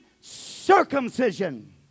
circumcision